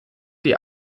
die